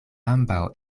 ambaŭ